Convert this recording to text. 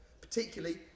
Particularly